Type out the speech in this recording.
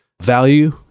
value